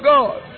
God